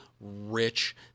rich